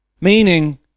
Meaning